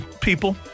people